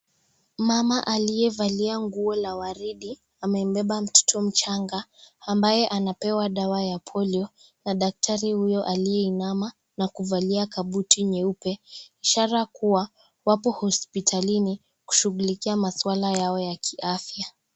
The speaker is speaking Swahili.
Mama aliyevalia nguo la waridi amebeba mtoto mchanga ambaye anapewa dawa ya polio na daktari huyo aliye inama na kuvalia kabuti nyeupe ishara kuwa wapo hospitalini kushugulikia maswala yao ya kiafya.